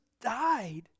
died